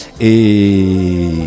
Et